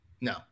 No